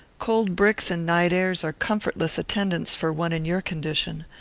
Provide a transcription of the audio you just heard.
cold bricks and night-airs are comfortless attendants for one in your condition.